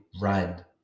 run